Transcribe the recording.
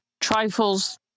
trifles